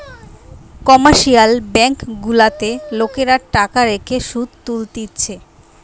commercial bank গুলাতে লোকরা টাকা রেখে শুধ তুলতিছে